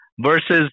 Versus